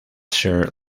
share